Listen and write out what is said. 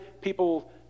people